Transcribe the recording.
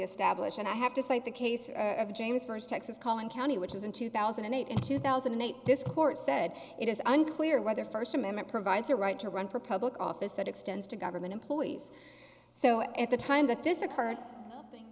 established and i have to cite the case of james first texas calling county which is in two thousand and eight in two thousand and eight this court said it is unclear whether first amendment provides a right to run for public office that extends to government employees so at the time that this occurrence thing